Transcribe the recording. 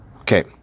Okay